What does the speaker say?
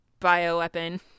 bioweapon